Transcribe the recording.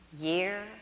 year